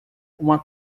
uma